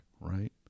right